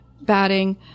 batting